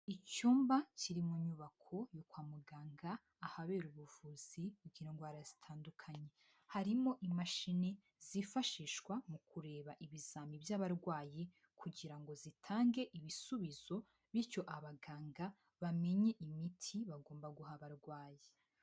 Icyumba kiri mu nyubako yo kwa muganga ahabera ubuvuzi bw'indwara zitandukanye, harimo imashini zifashishwa mukureba ibizami by'abarwayi kugira ngo zitange ibisubizo bityo abaganga bamenye imiti bagomba guha abarwayi.